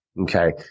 Okay